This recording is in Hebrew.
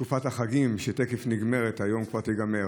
תקופת החגים, שתכף נגמרת, היום כבר תיגמר.